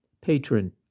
patron